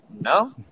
no